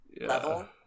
level